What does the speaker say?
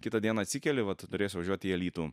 kitą dieną atsikeli va tu turėsi važiuot į alytų